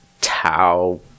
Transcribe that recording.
tau